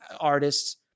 artists